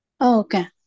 Okay